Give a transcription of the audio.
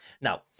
Now